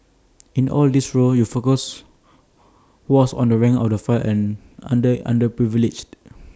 in all these roles your focus was on the rank and file and under underprivileged